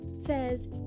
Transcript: says